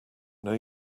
know